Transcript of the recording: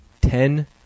ten